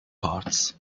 parts